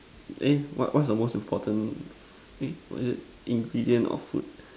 eh what what's the most important fee what is it ingredient or food